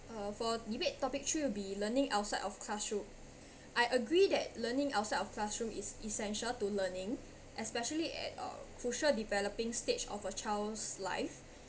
uh for debate topic three will be learning outside of classroom I agree that learning outside of classroom is essential to learning especially at a crucial developing stage of a child's life